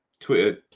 Twitter